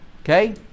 Okay